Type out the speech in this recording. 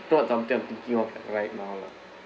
not something I'm thinking of like right now lah